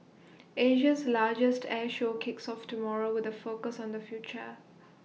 Asia's largest air show kicks off tomorrow with A focus on the future